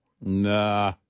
nah